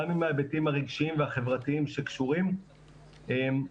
גם עם ההיבטים הרגשיים והחברתיים שקשורים ואנחנו